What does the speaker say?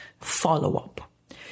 follow-up